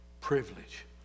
privilege